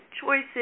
choices